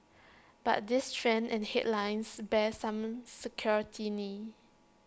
but these trends and headlines bear some scrutiny